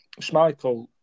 Schmeichel